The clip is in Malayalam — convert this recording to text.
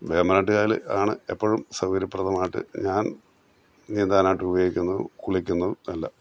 വേമ്പനാട്ട് കായൽ ആണ് എപ്പോഴും സൗകര്യപ്രദമായിട്ട് ഞാൻ നീന്താനായിട്ട് ഉപയോഗിക്കുന്നതും കുളിക്കുന്നതും എല്ലാം